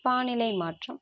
வானிலை மாற்றம்